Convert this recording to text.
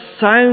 sound